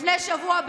לפני שבוע,